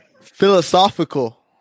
philosophical